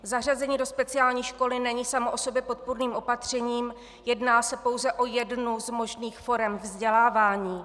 Zařazení do speciální školy není samo o sobě podpůrným opatřením, jedná se pouze o jednu z možných forem vzdělávání.